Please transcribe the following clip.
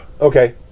Okay